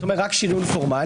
זה אומר רק שריון פורמלי.